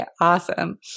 awesome